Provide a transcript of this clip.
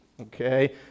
okay